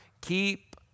keep